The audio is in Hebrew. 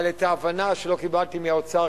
אבל את ההבנה שלא קיבלתי מהאוצר,